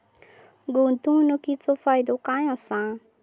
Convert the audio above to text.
गुंतवणीचो फायदो काय असा?